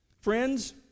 Friends